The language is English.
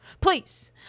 Please